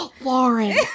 Lauren